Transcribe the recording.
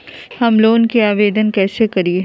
Home loan के आवेदन कैसे करि?